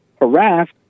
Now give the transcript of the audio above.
harassed